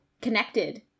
connected